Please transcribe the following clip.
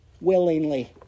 willingly